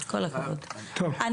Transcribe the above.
אני